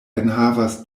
enhavas